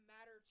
matter